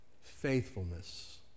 faithfulness